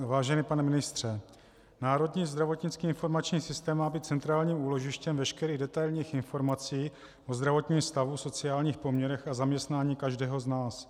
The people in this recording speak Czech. Vážený pane ministře, Národní zdravotnický informační systém má být centrálním úložištěm veškerých detailních informací o zdravotním stavu, sociálních poměrech a zaměstnání každého z nás.